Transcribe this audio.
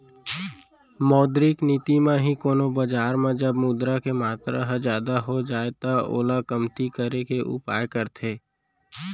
मौद्रिक नीति म ही कोनो बजार म जब मुद्रा के मातर ह जादा हो जाय त ओला कमती करे के उपाय करथे